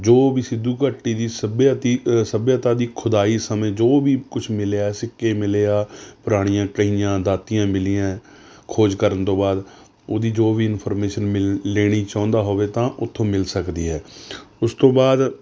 ਜੋ ਵੀ ਸਿੰਧੂ ਘਾਟੀ ਦੀ ਸਭਿਅਤੀ ਸੱਭਿਅਤਾ ਦੀ ਖੁਦਾਈ ਸਮੇਂ ਜੋ ਵੀ ਕੁਝ ਮਿਲਿਆ ਸਿੱਕੇ ਮਿਲੇ ਆ ਪੁਰਾਣੀਆਂ ਕਹੀਆਂ ਦਾਤੀਆਂ ਮਿਲੀਆਂ ਖੋਜ ਕਰਨ ਤੋਂ ਬਾਅਦ ਉਹਦੀ ਜੋ ਵੀ ਇਨਫੋਰਮੇਸ਼ਨ ਮਿਲ ਲੈਣੀ ਚਾਹੁੰਦਾ ਹੋਵੇ ਤਾਂ ਉੱਥੋਂ ਮਿਲ ਸਕਦੀ ਹੈ ਉਸ ਤੋਂ ਬਾਅਦ